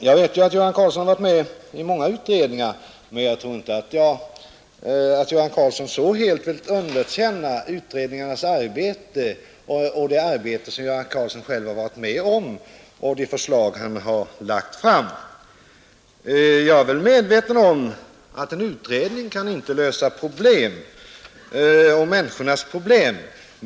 Jag vet att herr Göran Karlsson har varit med i många utredningar, men jag tror inte att han så helt vill underkänna utredningarnas arbete, som han själv varit med om, och de förslag han har lagt fram. Jag är väl medveten om att en utredning inte kan lösa människornas problem.